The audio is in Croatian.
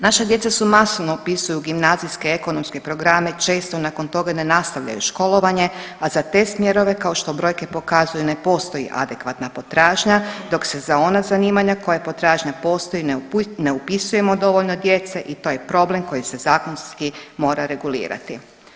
Naša djeca se masovno upisuju u gimnazijske, ekonomske programe često nakon toga ne nastavljaju školovanje, a za te smjerove kao što brojke pokazuju ne postoji adekvatna potražnja dok se za ona zanimanja koja potražnja postoji ne upisujemo dovoljno djece i to je problem koji se zakonski mora regulirati.